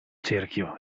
cerchio